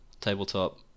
Tabletop